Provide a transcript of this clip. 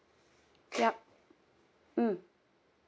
yup mm